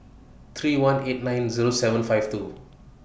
three one eight nine Zero seven five two